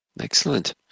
Excellent